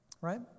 right